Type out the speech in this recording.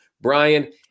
Brian